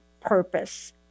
Purpose